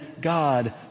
God